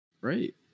Right